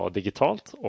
digitalt